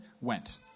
went